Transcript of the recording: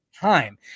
time